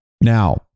Now